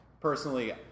personally